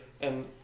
and-